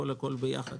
הכול ביחד,